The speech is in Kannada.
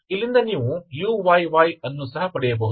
ಇಲ್ಲಿಂದ ನೀವು uyy ಅನ್ನು ಸಹ ಪಡೆಯಬಹುದು